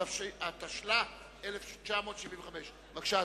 התשל"ה 1975. בבקשה,